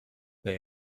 they